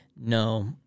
no